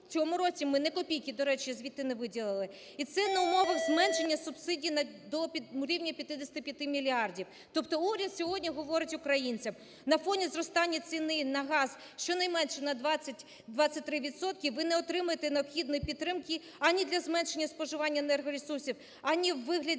В цьому році ми не копійки, до речі, звідти не виділили. І це на умовах зменшення субсидій до рівня 55 мільярдів. Тобто уряд сьогодні говорить українцям: на фоні зростання ціни на газ щонайменше на 20-23 відсотки ви не отримаєте необхідної підтримки ані для зменшення споживання енергоресурсів, ані у вигляді